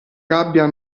gabbia